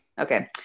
okay